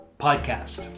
podcast